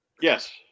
yes